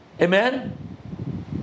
Amen